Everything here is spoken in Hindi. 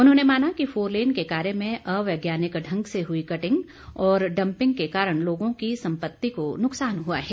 उन्होंने माना कि फोरलेन के कार्य में अवैज्ञानिक ढंग से हुई कटिंग और डंपिंग के कारण लोगों की संपत्ति को नुकसान हुआ है